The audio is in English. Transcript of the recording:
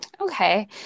Okay